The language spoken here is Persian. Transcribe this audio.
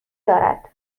دارد